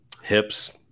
hips